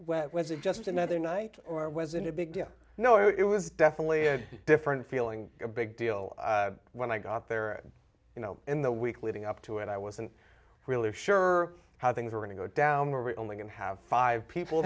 where was it just another night or was it a big you know it was definitely a different feeling a big deal when i got there you know in the week leading up to it i wasn't really sure how things were going to go down we're only going to have five people